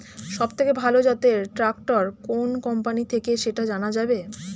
সবথেকে ভালো জাতের ট্রাক্টর কোন কোম্পানি থেকে সেটা জানা যাবে?